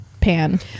Pan